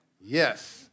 Yes